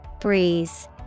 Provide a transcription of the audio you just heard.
Breeze